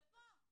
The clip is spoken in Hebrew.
ופה,